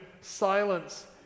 silence